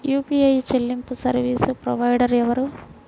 UPI చెల్లింపు service provider ఎవరు?